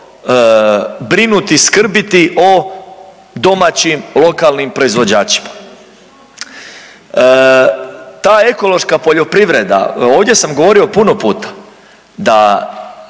brinuti, skrbiti o domaćim, lokalnim proizvođačima. Ta ekološka poljoprivreda, ovdje sam govorio puno puta da